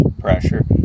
pressure